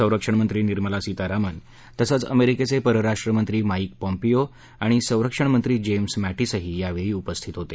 संरक्षणमंत्री निर्मला सीतारामन तसंच अमेरिकेचे परराष्ट्रमंत्री माईक पॉम्पीओ आणि संरक्षणमंत्री जेम्स मर्टिसही यावेळी उपस्थित होते